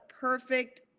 perfect